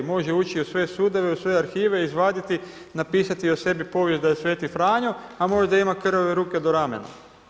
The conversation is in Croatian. Može ući u sve sudove, u sve arhive, izvaditi, napisati o sebi povijest da je sveti Franjo, a možda ima krvave ruke do ramena.